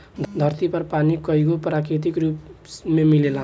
धरती पर पानी कईगो प्राकृतिक रूप में मिलेला